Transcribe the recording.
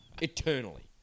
Eternally